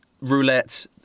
Roulette